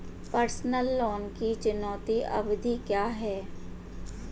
Personal loan की चुकौती अवधि क्या है?